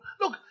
Look